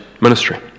ministry